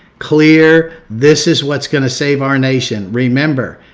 clear. this is what's going to save our nation. remember,